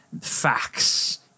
facts